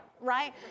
right